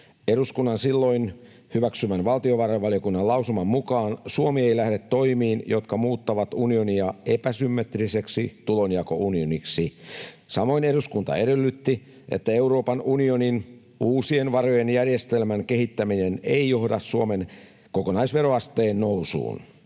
Eduskunnan silloin hyväksymän valtiovarainvaliokunnan lausuman mukaan Suomi ei lähde toimiin, jotka muuttavat unionia epäsymmetriseksi tulonjakounioniksi. Samoin eduskunta edellytti, että Euroopan unionin uusien varojen järjestelmän kehittäminen ei johda Suomen kokonaisveroasteen nousuun.